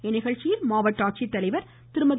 இந்நிகழ்ச்சியில் மாவட்ட ஆட்சித்தலைவர் திருமதி